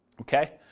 Okay